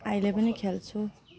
अहिले पनि खेल्छु